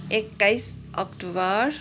एक्काइस अक्टोबर